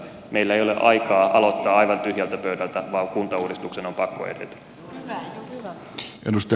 meillä ei ole aikaa aloittaa aivan tyhjältä pöydältä vaan kuntauudistuksen on pakko edetä